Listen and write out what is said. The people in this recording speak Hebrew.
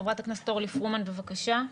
חברת הכנסת אורלי פרומן, בבקשה.